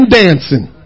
dancing